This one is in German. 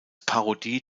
parodie